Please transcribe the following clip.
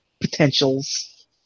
potentials